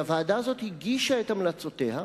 והוועדה הזאת הגישה את המלצותיה.